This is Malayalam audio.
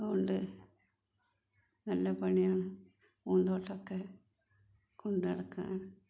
അതുകൊണ്ട് നല്ല പണിയാണ് പൂന്തോട്ടമൊക്കെ കൊണ്ട് നടക്കാൻ